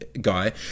guy